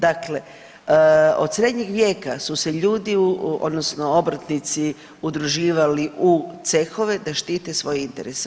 Dakle, od srednjeg vijeka su se ljudi, odnosno obrtnici udruživali u cehove da štite svoje interese.